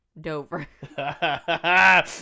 Dover